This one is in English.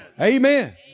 Amen